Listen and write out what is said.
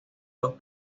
dos